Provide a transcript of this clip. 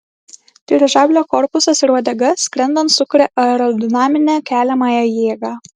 dirižablio korpusas ir uodega skrendant sukuria aerodinaminę keliamąją jėgą